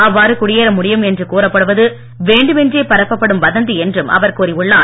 அவ்வாறு குடியேற முடியும் என்று கூறப்படுவது வேண்டுமென்றே பரப்பப்படும் வதந்தி என்றும் அவர் கூறியுள்ளார்